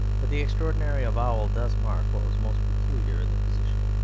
but the extraordinary avowal does mark what was most peculiar in the position.